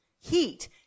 Heat